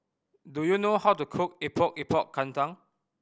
do you know how to cook Epok Epok Kentang